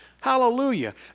Hallelujah